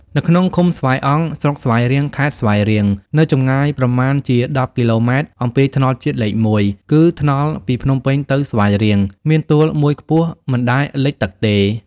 នៅក្នុងឃុំស្វាយអង្គ ស្រុកស្វាយរៀង ខេត្តស្វាយរៀង នៅចម្ងាយ ប្រមាណជា ១០ គ.ម. អំពីថ្នល់ជាតិលេខ ១ (គឺថ្នល់ពីភ្នំពេញទៅស្វាយរៀង) មានទួលមួយខ្ពស់ មិនដែលលិចទឹកទេ ។